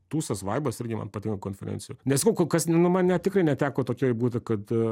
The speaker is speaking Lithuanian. tūsas vaibas irgi man patinka konferencijoj nesakau kol kas ne nu man ne tikrai neteko tokioj būtų kad